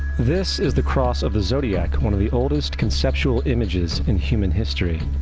this is the cross of the zodiac, one of the oldest conceptual images in human history.